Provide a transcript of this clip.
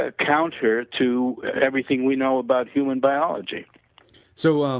ah counter to everything we know about human biology so, um